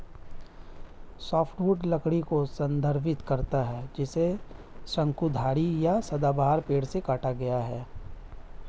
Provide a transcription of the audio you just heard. softwood लकड़ी को संदर्भित करता है जिसे शंकुधारी या सदाबहार पेड़ से काटा गया है